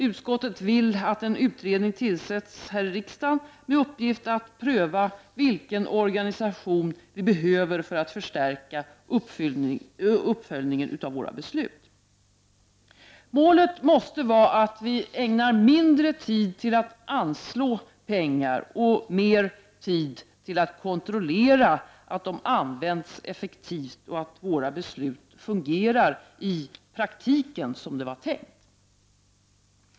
Utskottet vill att en utredning tillsätts här i riksdagen med uppgift att pröva vilken organisation vi behöver för att förstärka uppföljningen av våra beslut. Målet måste vara att vi ägnar mindre tid åt att anslå pengar och mer tid till att kontrollera att de används effektivt och att våra beslut i praktiken fungerar som det var tänkt.